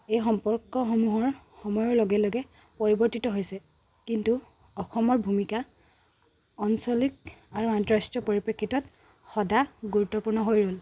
এই সম্পৰ্কসমূহৰ সময়ৰ লগে লগে পৰিৱৰ্তিত হৈছে কিন্তু অসমৰ ভূমিকা অঞ্চলিক আৰু আন্তঃৰাষ্ট্ৰীয় পৰিপ্ৰেক্ষিতত সদায় গুৰুত্বপূৰ্ণ হৈ ৰ'ল